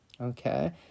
okay